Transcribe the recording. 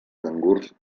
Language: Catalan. cangurs